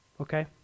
okay